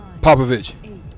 Popovich